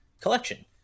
collection